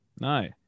No